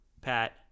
Pat